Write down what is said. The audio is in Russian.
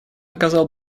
оказал